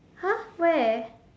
!huh! where